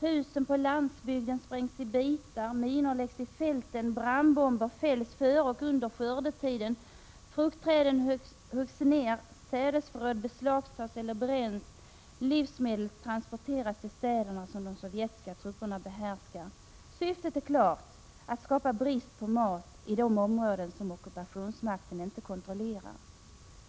Husen på landsbygden sprängs i bitar, minor läggs i fälten, brandbomber fälls före och under skördetiden, fruktträden huggs ned, sädesförråd beslagtas eller bränns, livsmedel transporteras till de städer som de sovjetiska trupperna behärskar. Syftet är klart: att skapa brist på mat i de områden som ockupationsmakten inte kontrollerar.